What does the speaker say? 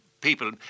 people